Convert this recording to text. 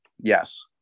Yes